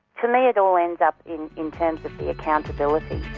for me it all ends up in in terms of the accountability.